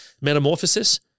Metamorphosis